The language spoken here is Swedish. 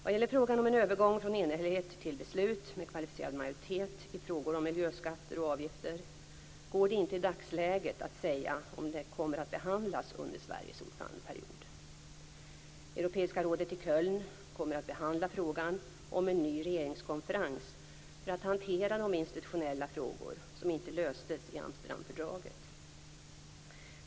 Vad gäller frågan om en övergång från enhällighet till beslut med kvalificerad majoritet i frågor om miljöskatter och avgifter går det inte i dagsläget att säga om den kommer att behandlas under Sveriges ordförandeperiod. Europeiska rådet i Köln kommer att behandla frågan om en ny regeringskonferens för att hantera de institutionella frågor som inte löstes i Amsterdamfördraget.